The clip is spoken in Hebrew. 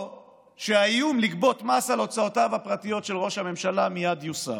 או שהאיום לגבות מס על הוצאותיו הפרטיות של ראש הממשלה מייד יוסר.